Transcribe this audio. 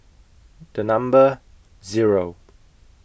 The Number Zero